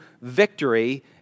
victory